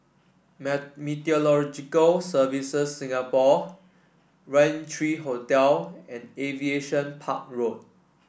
Meteorological Services Singapore Raintree Hotel and Aviation Park Road